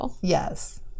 Yes